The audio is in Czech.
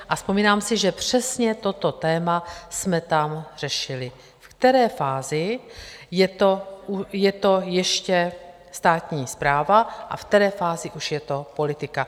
A vzpomínám si, že přesně toto téma jsme tam řešili v které fázi je to ještě státní správa a v které fázi už je to politika.